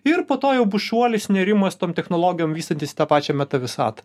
ir po to jau bus šuolis nėrimas tom technologijom vystantis į tą pačią meta visatą